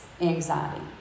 anxiety